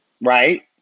Right